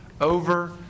over